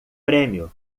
prêmio